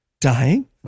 dying